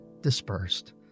dispersed